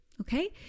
okay